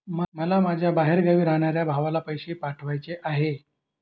मला माझ्या बाहेरगावी राहणाऱ्या भावाला पैसे पाठवायचे आहे